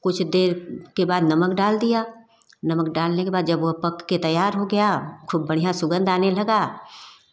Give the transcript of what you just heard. कुछ देर के बाद नमक डाल दिया नमक डालने के बाद जब वह पक कर तैयार हो गया खूब बढ़िया सुगंध आने लगा